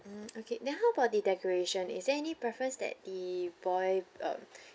mm okay then how about the decoration is there any preference that the boy um